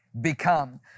Become